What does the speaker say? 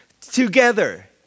Together